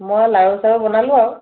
মই লাড়ু চাৰু বনালোঁ আৰু